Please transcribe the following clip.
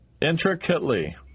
intricately